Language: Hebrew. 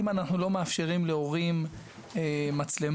אם אנחנו לא מאפשרים להורים מצלמות,